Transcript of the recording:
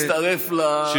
אני מצטרף לאיחולים.